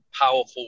powerful